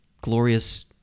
glorious